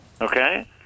Okay